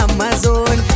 Amazon